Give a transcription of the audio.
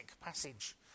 passage